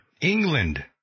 England